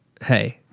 hey